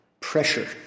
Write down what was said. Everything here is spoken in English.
pressure